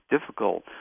difficult